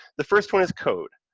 the first one is code.